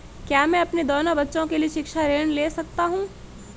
क्या मैं अपने दोनों बच्चों के लिए शिक्षा ऋण ले सकता हूँ?